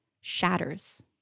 shatters